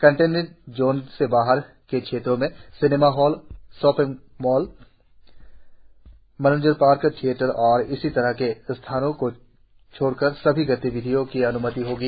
containment zone से बाहर के क्षेत्रों में सिनेमा हॉल स्विमिंग पूल मनोरंजन पार्क थिएटर और इसी तरह के स्थानों को छोड़कर सभी गतिविधियों की अन्मति होगी